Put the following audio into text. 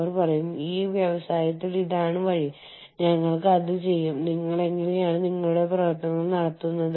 നിങ്ങളുടെ ആവശ്യങ്ങൾക്കനുസരിച്ച് നിങ്ങളുടെ സജ്ജീകരണം നിങ്ങൾ രൂപകൽപ്പന ചെയ്യുന്നു